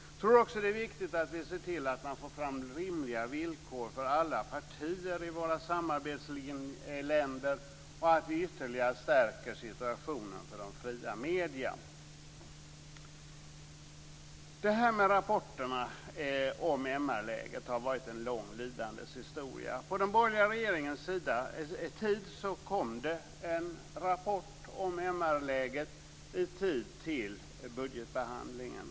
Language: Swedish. Jag tror vidare att det är viktigt att vi ser till att det skapas rimliga villkor för alla partier i våra samarbetsländer och att vi ytterligare stärker situationen för de fria medierna. Rapporterna om MR-läget har varit en lång lidandets historia. På den borgerliga regeringens tid kom det en rapport om MR-läget i tid till budgetbehandlingen.